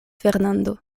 fernando